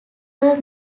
were